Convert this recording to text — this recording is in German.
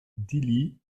dili